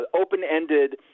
open-ended